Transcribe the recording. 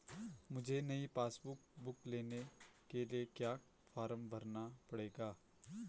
मुझे नयी passbook book लेने के लिए क्या फार्म भरना पड़ेगा?